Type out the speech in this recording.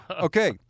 Okay